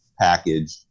package